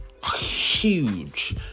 Huge